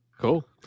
Cool